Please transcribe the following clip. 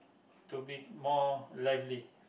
to be more lively